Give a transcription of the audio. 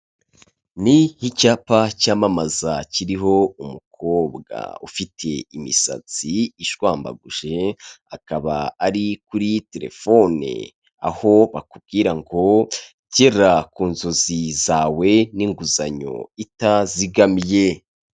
Ni nk'icyapa cyamamaza kiriho umukobwa ufite imisatsi ishwambaguje, akaba ari kuri telefone aho bakubwira ngo gera ku nzozi zawe n'inguzanyo itazigamiye.